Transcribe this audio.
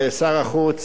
לא הסתייע,